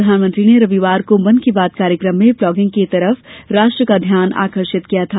प्रधानमंत्री ने रविवार को मन की बात कार्यक्रम में लॉगिंग की तरफ राष्ट्र का ध्यान आकर्षिक किया था